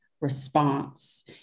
response